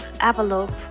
envelope